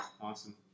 Awesome